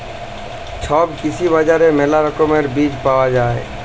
ছব কৃষি বাজারে মেলা রকমের বীজ পায়া যাই